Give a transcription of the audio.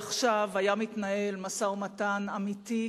עכשיו היה מתנהל משא-ומתן אמיתי,